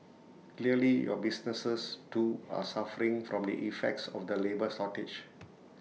clearly your businesses too are suffering from the effects of the labour shortage